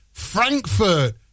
Frankfurt